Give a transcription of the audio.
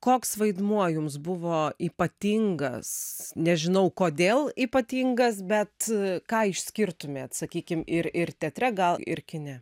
koks vaidmuo jums buvo ypatingas nežinau kodėl ypatingas bet ką išskirtumėt sakykim ir ir teatre gal ir kine